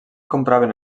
compraven